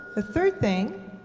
the third thing